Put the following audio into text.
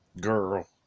Girl